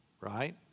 right